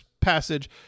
passage